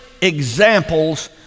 examples